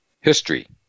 history